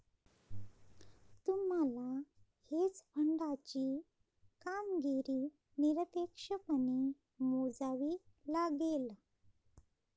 तुम्हाला हेज फंडाची कामगिरी निरपेक्षपणे मोजावी लागेल